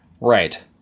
Right